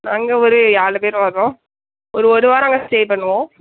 நாங்கள் ஒரு ஏலு பேர் வர்றோம் ஒரு ஒரு வாரம் அங்கே ஸ்டே பண்ணுவோம்